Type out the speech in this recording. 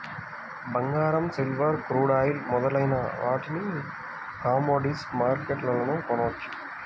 బంగారం, silver, crude oil మొదలైన వాటిని కమోడిటీస్ మార్కెట్లోనే కొనవచ్చు